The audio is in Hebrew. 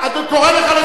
אני קורא אותך לסדר.